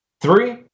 Three